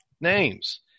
names